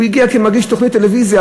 הוא הגיע כמגיש תוכנית טלוויזיה,